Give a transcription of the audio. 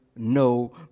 no